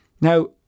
Now